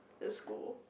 the school